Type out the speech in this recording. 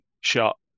shot